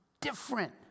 different